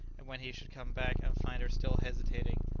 and when he should come back and find her still hesitating,